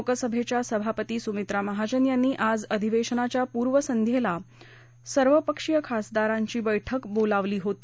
लोकसभेच्या सभापती सुमित्रा महाजन यांनी आज अधिवेशनाच्या पूर्वसंध्येला सर्वपक्षीय खासदारांची बैठक बोलावली होती